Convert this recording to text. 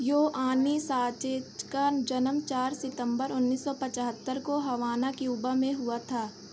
Yoani साचेज का जन्म चार सितम्बर उन्नीस सौ पचहत्तर को हवाना क्यूबा में हुआ था